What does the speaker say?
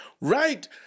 Right